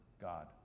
God